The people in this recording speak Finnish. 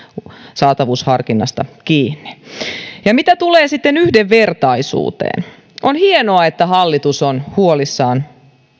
saatavuusharkinnasta kiinni mitä tulee sitten yhdenvertaisuuteen on hienoa että hallitus on huolissaan